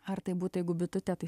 ar tai būtų jeigu bitutė tai